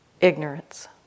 ignorance